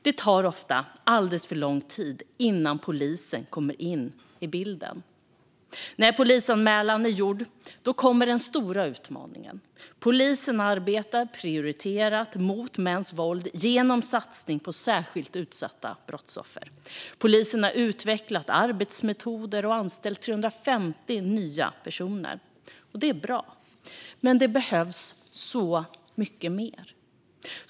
Det tar ofta alldeles för lång tid innan polisen kommer in i bilden, och när polisanmälan är gjord kommer den stora utmaningen. Polisen arbetar prioriterat mot mäns våld genom satsningen på särskilt utsatta brottsoffer. Polisen har utvecklat arbetsmetoder och anställt 350 nya personer. Det är bra, men det behövs så mycket mer.